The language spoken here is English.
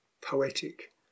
poetic